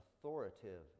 authoritative